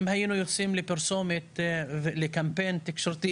אם היינו יוצאים לקמפיין תקשורתי,